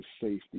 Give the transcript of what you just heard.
safety